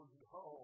no